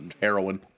heroin